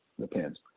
Depends